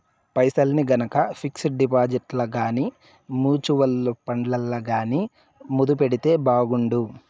పైసల్ని గనక పిక్సుడు డిపాజిట్లల్ల గానీ, మూచువల్లు ఫండ్లల్ల గానీ మదుపెడితే బాగుండు